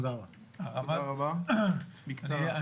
תודה רבה, בקצרה.